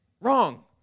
Wrong